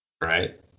right